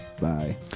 bye